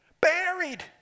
Buried